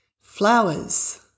Flowers